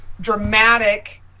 dramatic